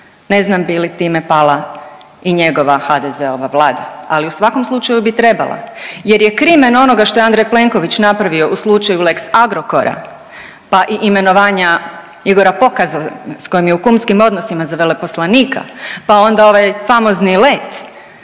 Ne znam bi li time pala i njegova HDZ-ova Vlada, ali u svakom slučaju bi trebala jer je krimen onoga što je Andrej Plenković napravio u slučaju lex Agrokora, pa i imenovanja Igora Pokaza s kojim je u kumskim odnosima za veleposlanika, pa onda ovaj famozni let